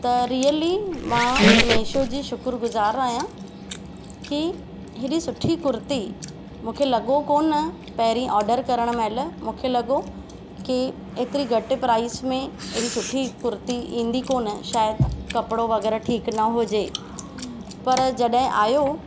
त रिअली मां मीशो जी शुक्रगुज़ार आहियां की हेॾी सुठी कुर्ती मूंखे लॻो कोन पहिरीं ऑडर करणु महिल मूंखे लॻो की एतिरे घटि प्राइज़ में हेॾी सुठी कुर्ती ईंदी कोन शायदि कपिड़ो वग़ैरह ठीकु न हुजे पर जॾहिं आयो